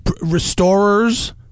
restorers